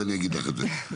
אגיד לך את זה.